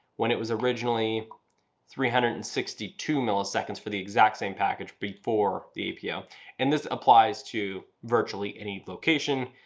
when it was originally three hundred and sixty two milliseconds. for the exact same package before the apo and this applies to virtually any location.